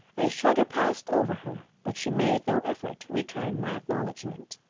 a shudder passed over her, but she made no effort to return my acknowledgement.